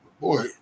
boy